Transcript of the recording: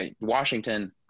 Washington